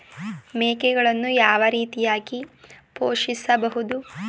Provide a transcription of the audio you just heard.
ಮೇಕೆಗಳನ್ನು ಯಾವ ರೀತಿಯಾಗಿ ಪೋಷಿಸಬಹುದು?